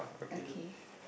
okay